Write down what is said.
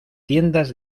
tiendas